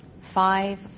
Five